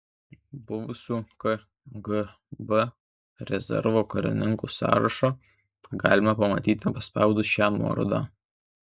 buvusių kgb rezervo karininkų sąrašą galima pamatyti paspaudus šią nuorodą